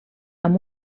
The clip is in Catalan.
amb